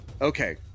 Okay